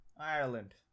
Ireland